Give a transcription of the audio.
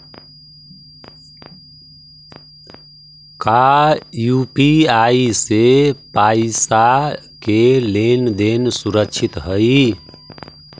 का यू.पी.आई से पईसा के लेन देन सुरक्षित हई?